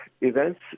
events